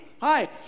hi